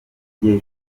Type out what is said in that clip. gihe